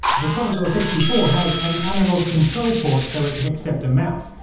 the commodore sixty four has an analogue control port so it can accept a mouse,